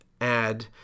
add